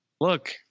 look